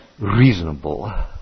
reasonable